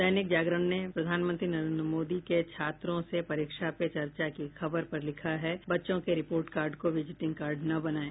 दैनिक जागरण ने प्रधानमंत्री नरेन्द्र मोदी के छात्रों से परीक्षा पे चर्चा की खबर पर लिखा है बच्चों के रिपोर्ट कार्ड को विजिटिंग कार्ड न बनाये